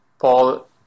Paul